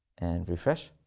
and refresh.